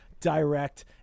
direct